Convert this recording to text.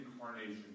incarnation